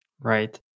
Right